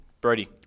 Brody